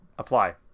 apply